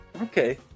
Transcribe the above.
Okay